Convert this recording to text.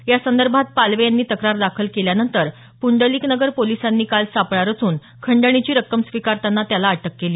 यासंदर्भात पालवे यांनी तक्रार दाखल केल्यानंतर पुंडलिक नगर पोलिसांनी काल सापळा रचून खंडणीची रक्कम स्वीकारताना त्याला अटक केली